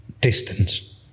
distance